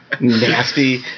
nasty